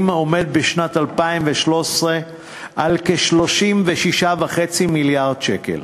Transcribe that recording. עומדת בשנת 2013 על כ-36.5 מיליארד שקל.